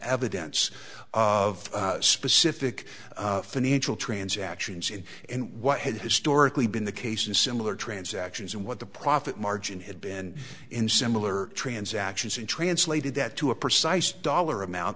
evidence of specific financial transactions in and what had historically been the case in similar transactions and what the profit margin had been in similar transactions and translated that to a precise dollar amount